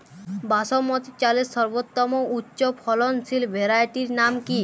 বাসমতী চালের সর্বোত্তম উচ্চ ফলনশীল ভ্যারাইটির নাম কি?